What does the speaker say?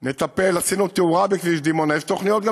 נטפל, עשינו תאורה בכביש דימונה,